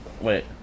wait